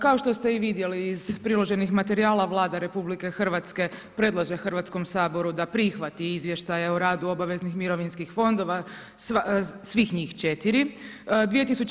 Kao što ste i vidjeli iz priloženih materijala Vlada RH predlaže Hrvatskom saboru da prihvati Izvještaje o radu obaveznih mirovinskih fondova svih njih četiri.